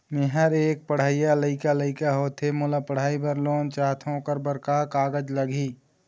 मेहर एक पढ़इया लइका लइका होथे मोला पढ़ई बर लोन चाहथों ओकर बर का का कागज लगही?